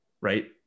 Right